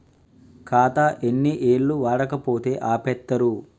ఖాతా ఎన్ని ఏళ్లు వాడకపోతే ఆపేత్తరు?